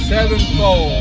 Sevenfold